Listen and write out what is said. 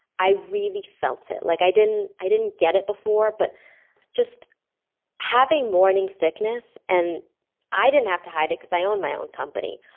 i really felt it. like i didn't i didn't get it before, but just having morning sickness and i didn't have to hide it because i owned my own company,